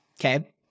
okay